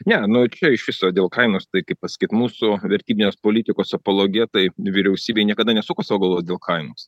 ne nu čia iš viso dėl kainos tai kaip pasakyt mūsų vertybinės politikos apologetai vyriausybėj niekada nesuko sau galvos dėl kainos